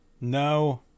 No